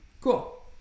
Cool